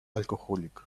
alcoholic